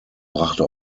brachte